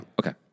Okay